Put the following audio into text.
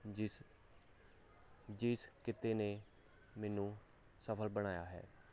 ਜਿਸ ਜਿਸ ਕਿਤੇ ਨੇ ਮੈਨੂੰ ਸਫਲ ਬਣਾਇਆ ਹੈ